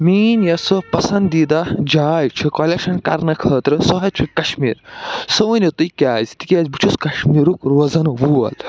میٛٲنۍ یَس سُہ پسنٛدیٖداہ جاے چھِ کۄلٮ۪کشن کرَنہٕ خٲطرٕ سُہ حظ چھُ کشمیٖر سُہ ؤنِو تۄہہِ کیٛازِ تِکیٛازِ بہٕ چھُس کشمیٖرُک روزن وول